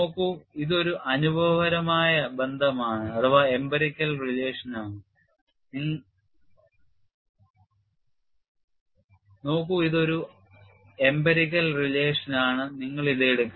നോക്കൂ ഇത് ഒരു അനുഭവപരമായ ബന്ധമാണെന്ന് നിങ്ങൾ എടുക്കണം